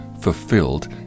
fulfilled